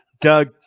Doug